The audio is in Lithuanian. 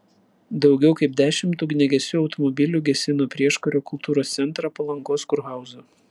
daugiau kaip dešimt ugniagesių automobilių gesino prieškario kultūros centrą palangos kurhauzą